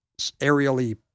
aerially